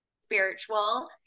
Spiritual